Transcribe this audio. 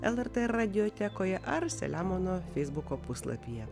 lrt radiotekoje ar selemono feisbuko puslapyje